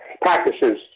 practices